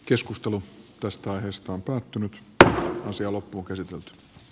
keskustelu tuosta aiheesta on puuttunut b osia loppukiri kiitos